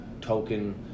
token